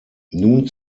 nun